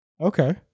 Okay